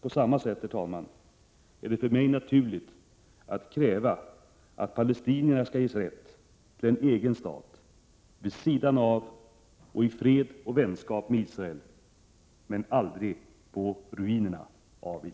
På samma sätt, herr talman, är det naturligt att kräva att palestinierna skall ha rätt till en egen stat och rätt att leva i fred och vänskap med Israel — men aldrig på ruinerna av Israel.